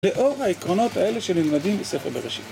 לאור העקרונות האלה שנלמדים בספר בראשית